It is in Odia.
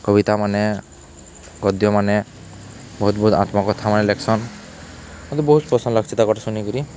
କବିତାମାନେ ଗଦ୍ୟମାନେ ବହୁତ୍ ବହୁତ୍ ଆତ୍ମକଥାମାନେ ଲେଖ୍ସନ୍ ମତେ ବହୁତ୍ ପସନ୍ଦ୍ ଲାଗ୍ସି ତାକର୍ଟା ଶୁନିକରି